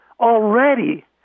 already